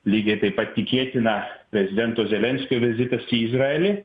lygiai taip pat tikėtina prezidento zelenskio vizitas į izraelį